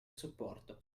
supporto